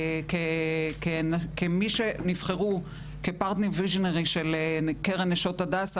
כמי שנבחרו כ-visionary partners של קרן נשות הדסה